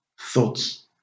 Thoughts